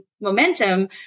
momentum